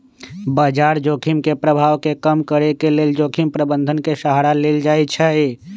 बजार जोखिम के प्रभाव के कम करेके लेल जोखिम प्रबंधन के सहारा लेल जाइ छइ